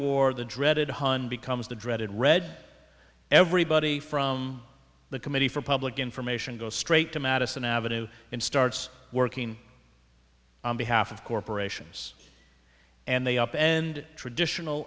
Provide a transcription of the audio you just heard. war the dreaded hun becomes the dreaded red everybody from the committee for public information goes straight to madison avenue and starts working on behalf of corporations and they up and traditional